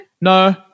No